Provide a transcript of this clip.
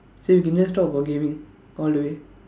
so we can just talk about gaming all the way